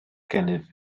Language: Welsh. gennyf